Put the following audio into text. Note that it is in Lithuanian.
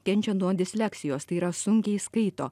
kenčia nuo disleksijos tai yra sunkiai skaito